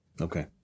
Okay